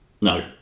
No